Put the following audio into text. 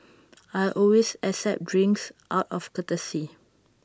I always accept the drinks out of courtesy